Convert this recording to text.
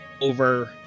over